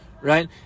right